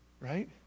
right